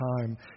time